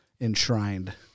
enshrined